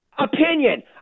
Opinion